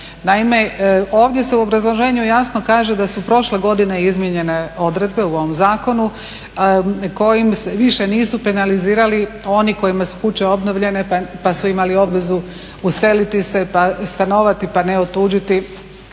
Naime, ovdje se u obrazloženju jasno kaže da su prošle godine izmijenjene odredbe u ovom zakonu kojim se više nisu penalizirali oni kojima su kuće obnovljene pa su imali obvezu useliti se, pa stanovati, pa ne otuđiti